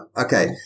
Okay